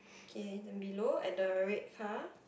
okay then below at the red car